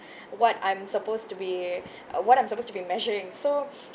what I'm supposed to be uh what I'm supposed to be measuring so